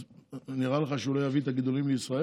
אז נראה לך שהוא לא יביא את הגידולים לישראל?